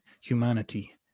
humanity